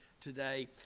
today